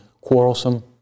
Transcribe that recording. quarrelsome